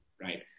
right